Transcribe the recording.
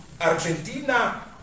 Argentina